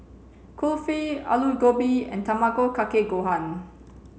Kulfi Alu Gobi and Tamago kake gohan